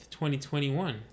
2021